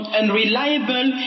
unreliable